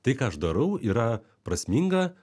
tai ką aš darau yra prasminga